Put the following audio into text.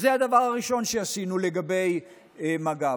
אז זה הדבר הראשון שעשינו לגבי מג"ב.